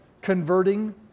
converting